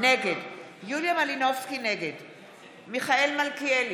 נגד מיכאל מלכיאלי,